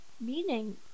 meaning